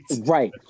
Right